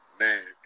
man